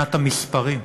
מבחינת המספרים.